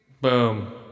Boom